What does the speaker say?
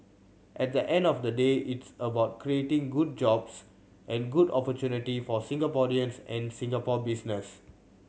at the end of the day it's about creating good jobs and good opportunity for Singaporeans and Singapore businesses